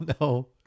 no